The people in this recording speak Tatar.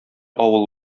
авыл